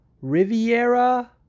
Riviera